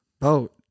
boat